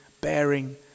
bearing